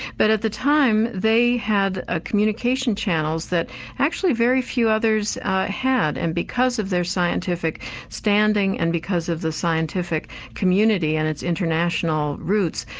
but at the time, they had a communication channel that actually very few others had, and because of their scientific standing and because of the scientific community, and its international roots,